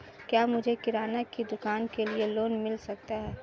क्या मुझे किराना की दुकान के लिए लोंन मिल सकता है?